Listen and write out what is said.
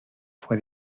fue